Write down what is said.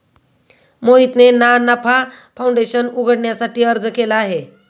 मोहितने ना नफा फाऊंडेशन उघडण्यासाठी अर्ज केला आहे